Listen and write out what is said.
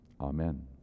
Amen